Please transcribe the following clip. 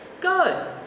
go